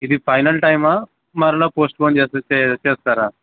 ఇది ఫైనల్ టైమా మరలా పోస్ట్పోన్ చేస్తారా